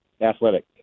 Athletic